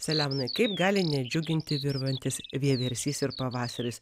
selemonai kaip gali nedžiuginti virvantis vieversys ir pavasaris